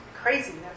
Craziness